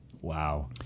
Wow